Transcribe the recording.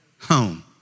home